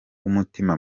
w’umutima